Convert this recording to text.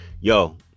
yo